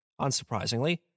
Unsurprisingly